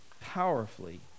powerfully